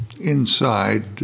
inside